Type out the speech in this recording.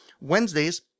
Wednesdays